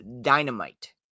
dynamite